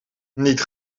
niet